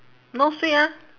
no sweet ah